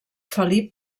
felip